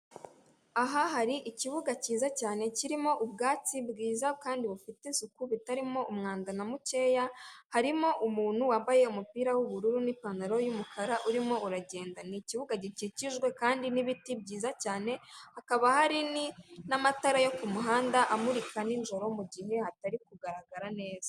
Aha hari ikibuga cyiza cyane kirimo ubwatsi bwiza kandi bufite isuku bitarimo umwanda na mukeya, harimo umuntu wambaye umupira w'ubururu n'ipantaro y'umukara urimo uragenda, ni ikibuga gikikijwe kandi n'ibiti byiza cyane hakaba hari n'amatara yo ku muhanda amurika nijoro mu gihe hatari kugaragara neza.